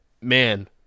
man